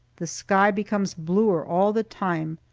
the sky becomes bluer all the time,